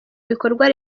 bikorwa